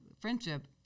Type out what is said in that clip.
friendship